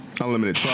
Unlimited